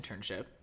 internship